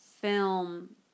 film